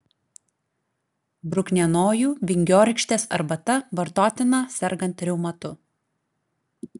bruknienojų vingiorykštės arbata vartotina sergant reumatu